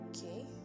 Okay